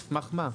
על סמך מה?